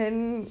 then